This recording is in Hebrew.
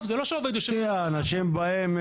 כי אנשים באים,